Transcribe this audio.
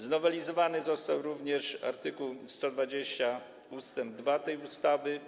Znowelizowany został również art. 120 ust. 2 tej ustawy.